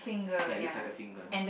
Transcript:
ya it looks like a finger